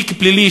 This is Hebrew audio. תיק פלילי,